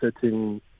setting